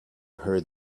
heard